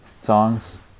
songs